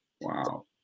Wow